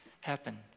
happen